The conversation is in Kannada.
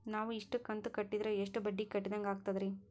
ನಾವು ಇಷ್ಟು ಕಂತು ಕಟ್ಟೀದ್ರ ಎಷ್ಟು ಬಡ್ಡೀ ಕಟ್ಟಿದಂಗಾಗ್ತದ್ರೀ?